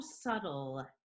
subtle